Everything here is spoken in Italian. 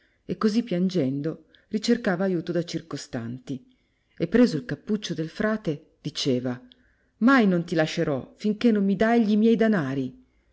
e così piangendo ricercava aiuto da'circostanti e preso il cappuccio del frate diceva mai non ti lascierò finché non mi dai gli miei danari